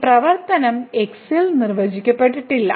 ഈ പ്രവർത്തനം x ൽ നിർവചിക്കപ്പെടില്ല